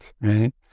right